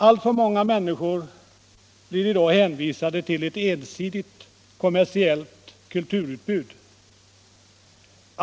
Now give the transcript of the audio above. Alltför många människor blir i dag hänvisade till ett ensidigt kommersiellt kulturutbud.